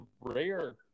rare